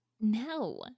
No